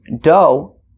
dough